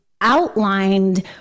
outlined